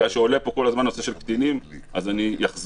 בגלל שעולה פה כל הזמן נושא של קטינים אז אני אחזור